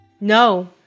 no